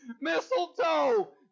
mistletoe